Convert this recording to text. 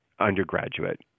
undergraduate